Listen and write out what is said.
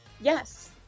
yes